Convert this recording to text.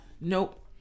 nope